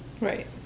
Right